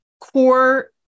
Core